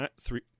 three